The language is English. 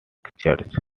church